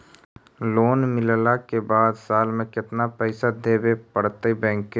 Loan मिलला के बाद साल में केतना पैसा देबे पड़तै बैक के?